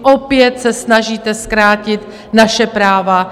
Opět se snažíte zkrátit naše práva.